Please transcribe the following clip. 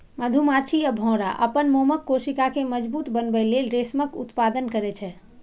मधुमाछी आ भौंरा अपन मोमक कोशिका कें मजबूत बनबै लेल रेशमक उत्पादन करै छै